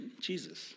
Jesus